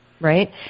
Right